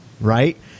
right